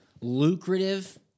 lucrative